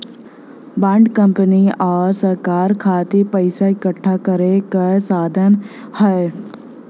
bond company आउर सरकार खातिर पइसा इकठ्ठा करे क साधन हौ